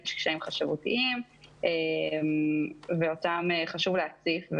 יש קשיים של חשבות ואותם חשוב להציף.